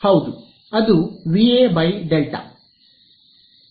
ಹೌದು ಅದು ವಿಎ δ